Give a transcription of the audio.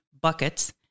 buckets